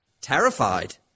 terrified